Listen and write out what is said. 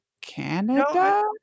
canada